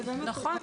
נכון,